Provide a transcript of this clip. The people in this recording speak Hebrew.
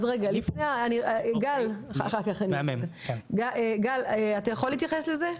אז רגע, גל אתה יכול להתייחס לזה?